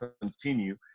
continue